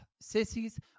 Sissies